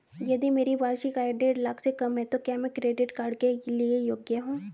यदि मेरी वार्षिक आय देढ़ लाख से कम है तो क्या मैं क्रेडिट कार्ड के लिए योग्य हूँ?